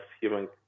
human